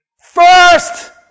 first